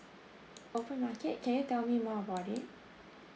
open market can you tell me more about it